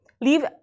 leave